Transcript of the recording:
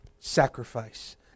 sacrifice